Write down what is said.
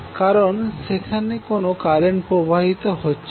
কারণ সেখানে কোনও কারেন্ট প্রবাহিত হচ্ছে না